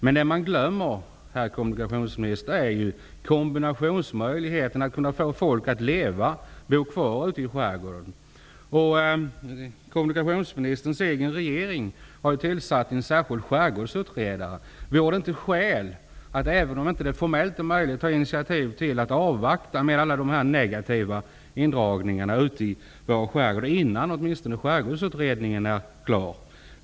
Men vad man glömmer, herr kommunikationsminister, är kombinationsmöjligheten. Det gäller att kunna få folk att leva och bo kvar i skärgården. Kommunikationsministerns egen regering har tillsatt en särskild skärgårdsutredare. Men vore det inte skäl, även om det inte formellt är möjligt, att ta initiativ till att avvakta -- åtminstone tills Skärgårdsutredningen är klar -- med de negativa indragningarna i skärgården?